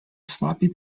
sloppy